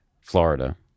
Florida